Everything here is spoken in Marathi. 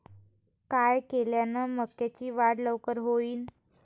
काय केल्यान मक्याची वाढ लवकर होईन?